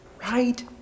Right